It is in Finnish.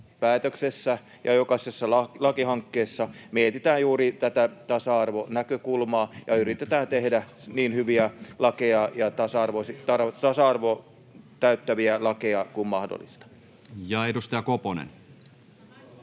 päätöksessä ja jokaisessa lakihankkeessa mietitään juuri tätä tasa-arvonäkökulmaa ja yritetään tehdä niin hyviä lakeja ja tasa-arvon täyttäviä lakeja kuin mahdollista. Ja edustaja Koponen.